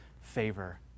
favor